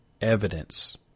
evidence